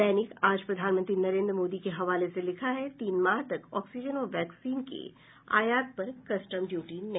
दैनिक आज प्रधानमंत्री नरेन्द्र मोदी के हवाले से लिखा है तीन माह तक ऑक्सीजन व वैक्सीन के आयात पर कस्टम ड्यूटी नहीं